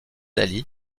ali